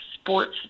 sports